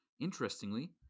Interestingly